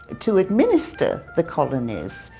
to administer the colonies,